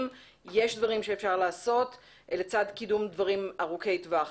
יש דברים שאפשר לעשות לצד קידום דברים ארוכי טווח,